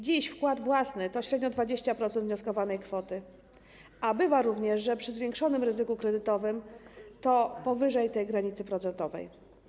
Dziś wkład własny to średnio 20% wnioskowanej kwoty, a bywa również, przy zwiększonym ryzyku kredytowym, że jest to powyżej tej granicy procentowej.